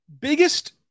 biggest